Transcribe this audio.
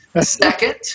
Second